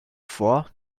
for